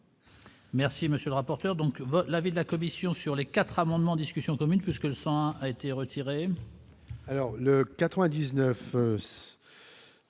Merci, monsieur le rapporteur, donc l'avis de la commission sur les 4 amendements, discussions communes, puisque le sang a été retiré. Alors le 99